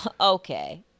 Okay